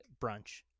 brunch